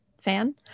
fan